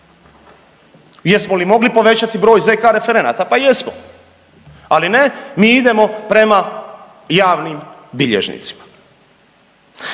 Jesmo li mogli povećati broj ZK referenata? Pa jesmo, ali ne mi idemo prema javnim bilježnicima.